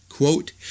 Quote